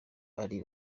ari